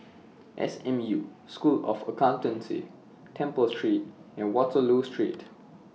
S M U School of Accountancy Temple Street and Waterloo Street